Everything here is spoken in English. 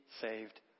saved